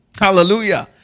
hallelujah